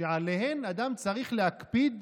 שעליהן אדם צריך להקפיד